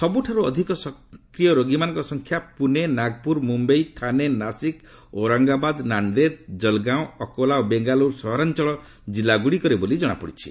ସବୁଠାରୁ ଅଧିକ ସକ୍ରିୟ ରୋଗୀମାନଙ୍କ ସଂଖ୍ୟା ପୁନେ ନାଗପୁର ମୁମ୍ବଇ ଥାନେ ନାସିକ୍ ଔରଙ୍ଗାବାଦ ନାନ୍ଦେଦ ଜଲଗାଓଁ ଅକୋଲା ଓ ବେଙ୍ଗାଲ୍ରୁ ସହରାଞ୍ଚଳ ଜିଲ୍ଲାଗୁଡ଼ିକ ବୋଲି ଜଣାପଡିଛି